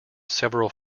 several